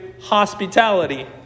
hospitality